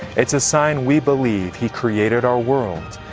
it is a sign we believe he created our world.